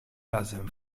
razem